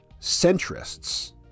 centrists